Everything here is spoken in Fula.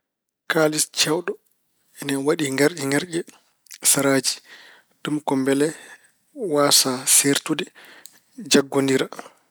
Kaalis ceewɗo ina waɗi ŋerƴe-ŋerƴe seraaji. Ɗum ko mbele waasaa seertude, jaggondira.